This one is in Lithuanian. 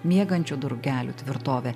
miegančių drugelių tvirtovė